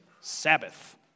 Sabbath